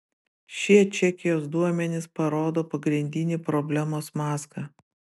šie čekijos duomenys parodo pagrindinį problemos mazgą